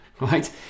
Right